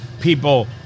people